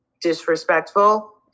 disrespectful